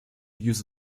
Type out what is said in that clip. use